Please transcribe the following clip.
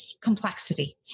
complexity